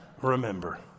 Remember